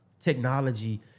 technology